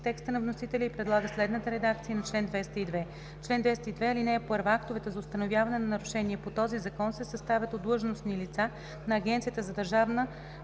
текста на вносителя и предлага следната редакция на чл. 202: „Чл. 202. (1) Актовете за установяване на нарушения по този Закон се съставят от длъжностни лица на Агенцията за държавна